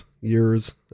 years